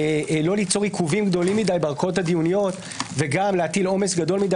לא ליצור עיכובים גדולים מדי בערכאות הדיוניות וגם להטיל עומס גדול מדי